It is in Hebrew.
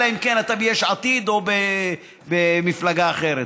אלא אם כן אתה ביש עתיד או במפלגה אחרת,